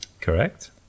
Correct